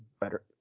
better